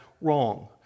wrong